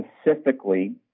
specifically